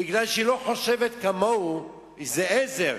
בגלל שהיא לא חושבת כמוהו, זה עזר.